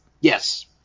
Yes